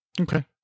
Okay